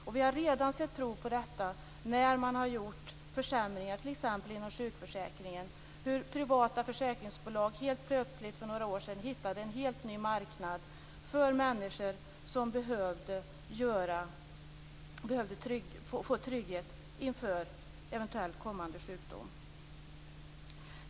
När man t.ex. gjorde försämringar inom sjukförsäkringen fick vi se prov på hur privata försäkringsbolag för några år sedan helt plötsligt hittade en helt ny marknad för människor som behövde få trygghet inför eventuellt kommande sjukdom.